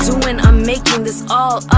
so and i'm making this all